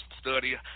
study